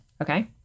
Okay